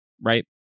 right